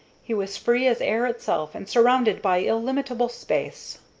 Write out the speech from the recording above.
he was free as air itself and surrounded by illimitable space.